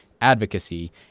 advocacy